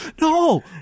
No